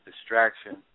distraction